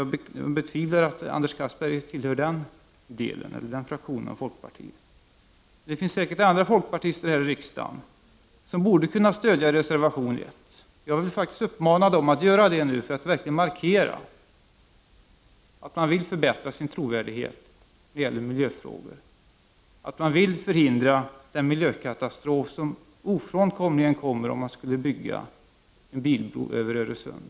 Jag betvivlar att Anders Castberger tillhör den fraktionen. Det finns säkert andra folkpartister här i riksdagen som borde kunna stödja reservation 1. Jag vill uppmana dem att nu göra detta för att verkligen markera att man vill förbättra sin trovärdighet när det gäller miljöfrågor och att man vill förhindra den miljökatastrof som oundvikligen kommer, om man bygger en bilbro över Öresund.